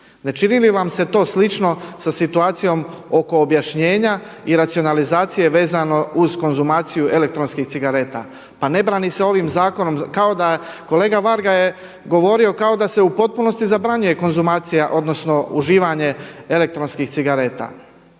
Ne čini li vam se to slično sa situacijom oko objašnjenja i racionalizacije vezano uz konzumaciju elektronskih cigareta? Pa ne brani se ovim zakonom kao da, kolega Varga je govorio kao da se u potpunosti zabranjuje konzumacija odnosno uživanje elektronskih cigareta.